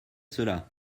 cela